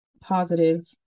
positive